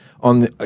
on